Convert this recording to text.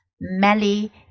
Melly